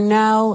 now